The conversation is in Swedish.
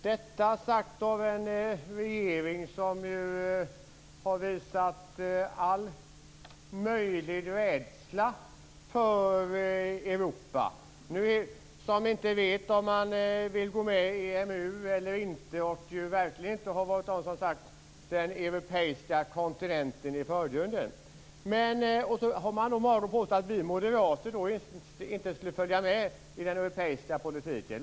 Detta säger en minister i en regering som har visat all möjlig rädsla för Europa, som inte vet om man vill gå med i EMU eller inte och verkligen inte har satt den europeiska kontinenten i förgrunden. Sedan har man mage att påstå att vi moderater inte skulle följa med i den europeiska politiken.